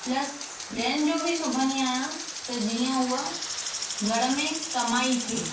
plus ॿियनि जूं बि सिबंदी आहियां त जीअं उहा घर में कमाई थिए